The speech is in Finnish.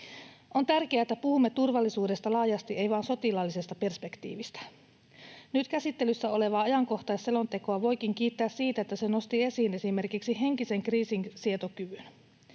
On tärkeää, että puhumme turvallisuudesta laajasti, ei vain sotilaallisesta perspektiivistä. Nyt käsittelyssä olevaa ajankohtaisselontekoa voikin kiittää siitä, että se nosti esiin esimerkiksi henkisen kriisinsietokyvyn,